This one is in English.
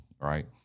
right